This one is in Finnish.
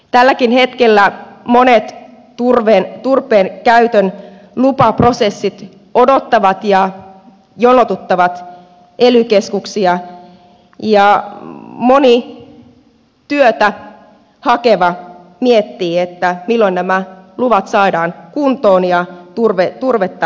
tälläkin hetkellä monet turpeen käytön lupaprosessit odottavat ja jonotuttavat ely keskuksia ja moni työtä hakeva miettii milloin nämä luvat saadaan kuntoon ja turvetta käyttöön